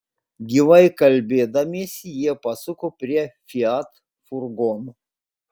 gyvai kalbėdamiesi jie pasuko prie fiat furgono